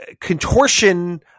contortion